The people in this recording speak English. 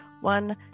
one